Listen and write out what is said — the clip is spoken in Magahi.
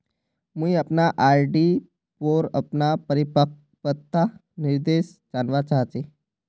मुई अपना आर.डी पोर अपना परिपक्वता निर्देश जानवा चहची